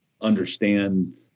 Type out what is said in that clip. understand